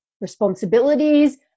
responsibilities